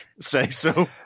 say-so